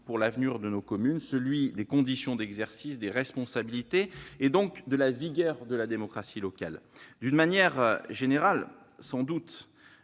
pour l'avenir de nos communes : celui des conditions d'exercice des responsabilités et donc de la vigueur de la démocratie locale. D'une manière générale, sans doute